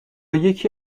یکی